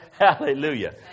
Hallelujah